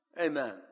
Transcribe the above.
amen